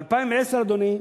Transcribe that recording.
ב-2010, אדוני,